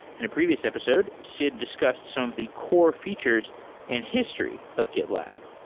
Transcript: in a previous episode, sid discussed some of the core features and history of gitlab.